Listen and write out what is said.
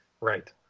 right